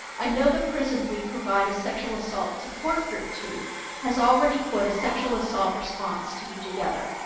i know the prison we provide a sexual assault support group to has already put a sexual assault response team together,